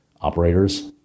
operators